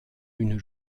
une